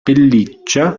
pelliccia